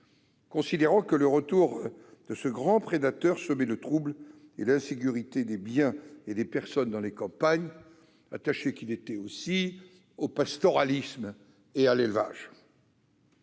considérant que le retour de ce grand prédateur semait le trouble et l'insécurité des biens et des personnes dans les campagnes, attaché qu'il était aussi au pastoralisme et à l'élevage.